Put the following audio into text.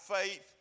faith